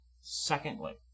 secondly